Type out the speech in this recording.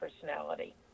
personality